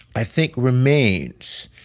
i think, remains.